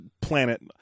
planet